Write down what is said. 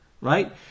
Right